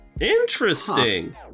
Interesting